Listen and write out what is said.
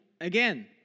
again